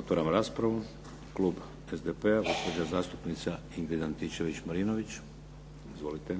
Otvaram raspravu. Klub SDP-a, gospođa zastupnica Ingrid Antičević-Marinović. Izvolite.